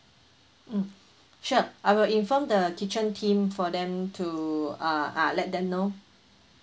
mm sure I will inform the kitchen team for them to uh ah let them know